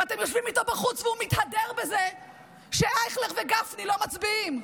ואתם יושבים איתו בחוץ והוא מתהדר בזה שאייכלר וגפני לא מצביעים.